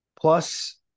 plus